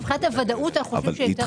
מבחינת הוודאות אנחנו חושבים שיותר --- אבל